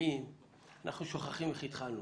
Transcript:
לפעמים אנחנו שוכחים איך התחלנו.